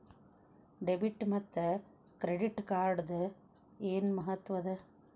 Debit ಮತ್ತ credit ಕಾರ್ಡದ್ ಏನ್ ಮಹತ್ವ ಅದ?